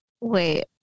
Wait